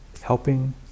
helping